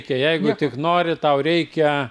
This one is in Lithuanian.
jeigu tik nori tau reikia